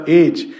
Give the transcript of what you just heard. age